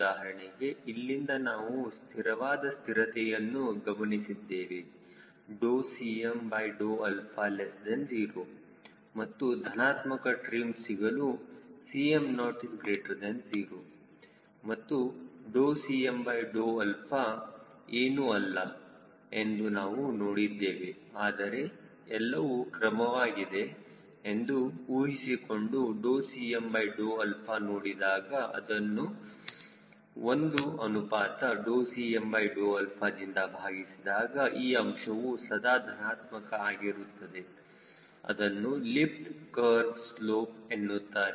ಉದಾಹರಣೆಗೆ ಇಲ್ಲಿಂದ ನಾವು ಸ್ಥಿರವಾದ ಸ್ಥಿರತೆಯನ್ನು ಗಮನಿಸಿದ್ದೇವೆ Cm0 ಮತ್ತು ಧನಾತ್ಮಕ ಟ್ರಿಮ್ ಸಿಗಲು 𝐶mO 0 ಮತ್ತು Cm ಏನು ಅಲ್ಲ ಎಂದು ನಾವು ನೋಡಿದ್ದೇವೆ ಆದರೆ ಎಲ್ಲವೂ ಕ್ರಮವಾಗಿದೆ ಎಂದು ಊಹಿಸಿಕೊಂಡು Cm ನೋಡಿದಾಗ ಮತ್ತು ಅದನ್ನು 1Cm ದಿಂದ ಭಾಗಿಸಿದಾಗ ಈ ಅಂಶವು ಸದಾ ಧನಾತ್ಮಕ ಆಗಿರುತ್ತದೆ ಅದನ್ನು ಲಿಫ್ಟ್ ಕರ್ವ್ ಸ್ಲೋಪ್ ಎನ್ನುತ್ತಾರೆ